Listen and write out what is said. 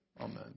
Amen